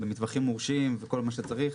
במטווחים מורשים וכל מה שצריך,